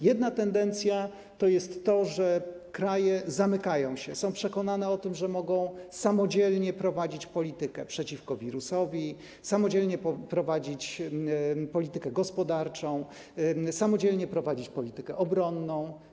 Jedna tendencja to jest to, że kraje zamykają się, są przekonane o tym, że mogą samodzielnie prowadzić politykę przeciwko wirusowi, samodzielnie prowadzić politykę gospodarczą, samodzielnie prowadzić politykę obronną.